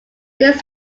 these